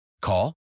Call